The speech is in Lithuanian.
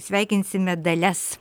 sveikinsime dalias